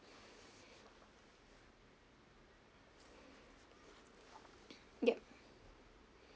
yup